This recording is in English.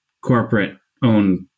corporate-owned